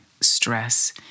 stress